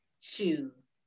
shoes